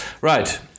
Right